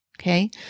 Okay